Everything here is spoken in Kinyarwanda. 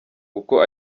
uko